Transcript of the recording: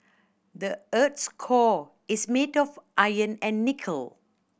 the earth's core is made of iron and nickel